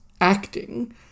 acting